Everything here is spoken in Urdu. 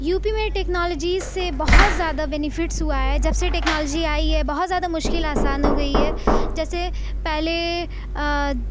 یو پی میں ٹکنالوجیز سے بہت زیادہ بینیفٹس ہوا ہے جب سے ٹکنالوجی آئی ہے بہت زیادہ مشکل آسان ہو گئی ہے جیسے پہلے